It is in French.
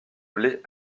blé